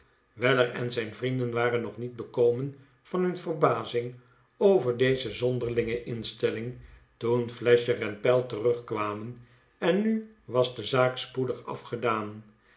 weller en zijn vrienden waren nog niet bekomen van hun verbazing over deze zonderlinge instelling toen flasher en pell terugkwamen en nu was de zaak spoedig afgedaan